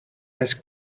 this